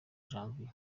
janvier